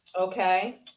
Okay